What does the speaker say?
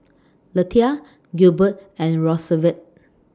Lethia Gilbert and Rosevelt